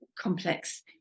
complex